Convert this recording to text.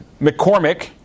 McCormick